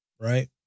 right